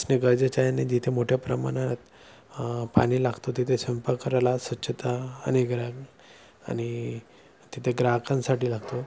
असणे गरजेचे आहेने जिथे मोठ्या प्रमाणात पाणी लागतं तिथे स्वयंपाकघराला स्वच्छता आणि ग्राहक आणि तिथे ग्राहकांसाठी लागतं